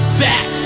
back